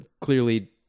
clearly